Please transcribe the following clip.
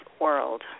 world